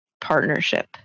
partnership